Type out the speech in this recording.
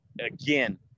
again